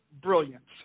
brilliance